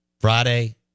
Friday